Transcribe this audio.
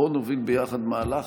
בוא נוביל ביחד מהלך,